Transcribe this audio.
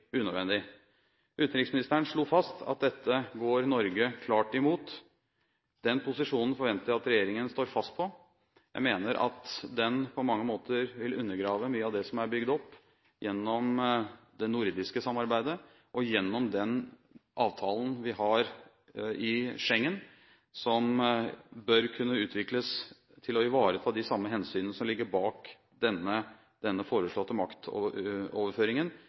unødvendig. Utenriksministeren slo fast at Norge klart går imot dette. Den posisjonen forventer jeg at regjeringen står fast på. Jeg mener at den på mange måter vil undergrave mye av det som er bygd opp gjennom det nordiske samarbeidet og gjennom den avtalen vi har i Schengen, som bør kunne utvikles til å ivareta de samme hensynene som ligger bak denne foreslåtte maktoverføringen,